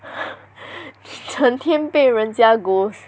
你整天被人家 ghost